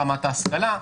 רמת ההשכלה,